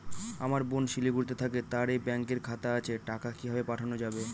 আমার বোন শিলিগুড়িতে থাকে তার এই ব্যঙকের খাতা আছে টাকা কি ভাবে পাঠানো যাবে?